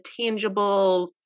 tangible